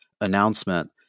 announcement